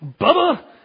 Bubba